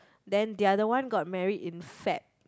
then the other one got married in Feb